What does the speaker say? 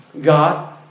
God